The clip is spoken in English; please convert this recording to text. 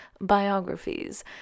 biographies